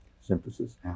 synthesis